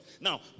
Now